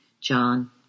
John